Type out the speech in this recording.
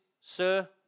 sir